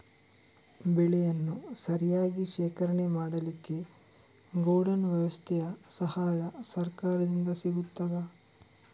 ಬೆಳೆಯನ್ನು ಸರಿಯಾಗಿ ಶೇಖರಣೆ ಮಾಡಲಿಕ್ಕೆ ಗೋಡೌನ್ ವ್ಯವಸ್ಥೆಯ ಸಹಾಯ ಸರಕಾರದಿಂದ ಸಿಗುತ್ತದಾ?